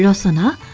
you know center